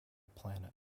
planet